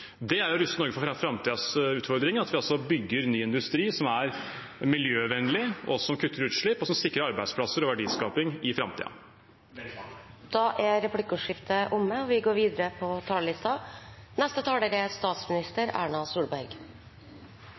Det er å ruste Norge for framtidas utfordringer – altså at vi bygger ny industri som er miljøvennlig, kutter utslipp og sikrer arbeidsplasser og verdiskaping i framtida. Replikkordskiftet er omme. Jeg kan i grunnen ikke dy meg: Det er